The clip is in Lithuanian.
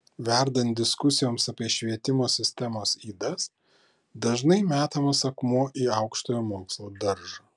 verdant diskusijoms apie švietimo sistemos ydas dažnai metamas akmuo į aukštojo mokslo daržą